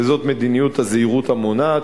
וזאת מדיניות הזהירות המונעת,